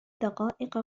دقائق